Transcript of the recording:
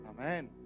Amen